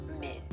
men